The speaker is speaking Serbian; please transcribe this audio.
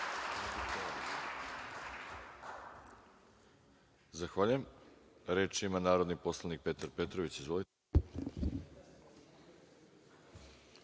Zahvaljujem. Reč ima narodni poslanik Dušan Petrović. Izvolite.